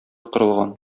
корылган